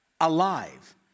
alive